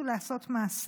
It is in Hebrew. בסדר גמור.